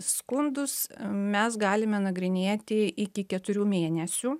skundus mes galime nagrinėti iki keturių mėnesių